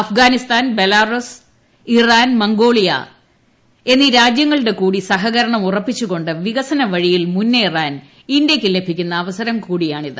Afghanistan Belarus Iran Mongolia എന്നീ രാജ്യങ്ങളുടെ കൂടി സഹക രണം ഉറപ്പിച്ചു കൊണ്ട് വികസന വഴിയിൽ മുന്നേറാൻ ഇന്ത്യയ്ക്ക് ലഭിക്കുന്ന അവസരം കൂടിയാണിത്